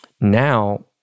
Now